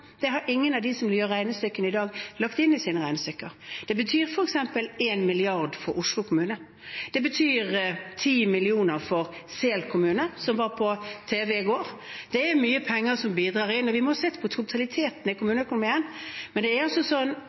Det har ingen av de som gjør regnestykkene i dag, lagt inn i sine regnestykker. Det betyr f.eks. 1 mrd. kr for Oslo kommune. Det betyr 10 mill. kr for Sel kommune, som var på tv i går. Det er mye penger som bidrar. Vi må se på totaliteten i kommuneøkonomien. Men